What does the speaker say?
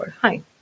Hi